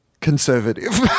Conservative